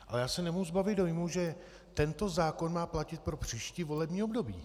Ale já se nemůžu zbavit dojmu, že tento zákon má platit pro příští volební období.